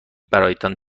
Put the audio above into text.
برایتان